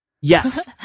Yes